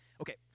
okay